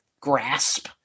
grasp